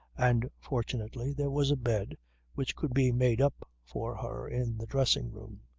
and, fortunately, there was a bed which could be made up for her in the dressing-room.